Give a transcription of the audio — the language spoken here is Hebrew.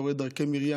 אתה רואה את דרכי מרים,